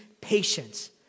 patience